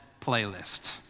playlist